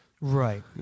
Right